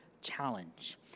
challenge